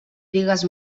digues